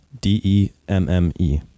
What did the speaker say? d-e-m-m-e